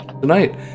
tonight